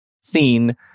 seen